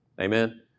Amen